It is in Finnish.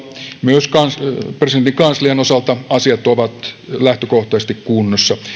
myös presidentin kanslian osalta asiat ovat lähtökohtaisesti kunnossa